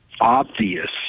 obvious